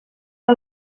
que